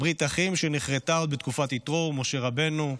ברית אחים שנכרתה עוד בתקופת יתרו ומשה רבנו,